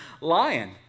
lion